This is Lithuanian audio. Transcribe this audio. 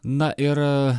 na ir